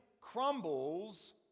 crumbles